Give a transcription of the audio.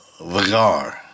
Vagar